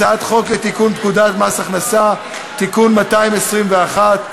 הצעת חוק לתיקון פקודת מס הכנסה (מס' 221),